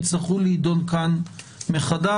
יצטרכו להידון כאן מחדש.